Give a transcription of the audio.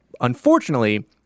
Unfortunately